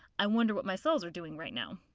i wonder what my cells are doing right now.